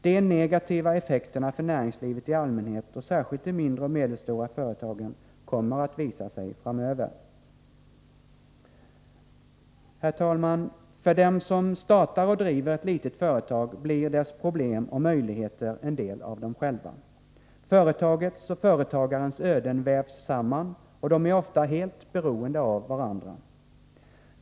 De negativa effekterna för näringslivet i allmänhet, och särskilt för de mindre och medelstora företagen, kommer att visa sig framöver. För dem som startar och driver ett litet företag blir dess problem och möjligheter en del av dem själva. Företagets och företagarens öden vävs samman, och de är ofta helt beroende av varandra.